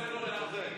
זה עוזר לו להרדים.